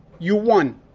you won.